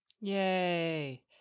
Yay